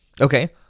Okay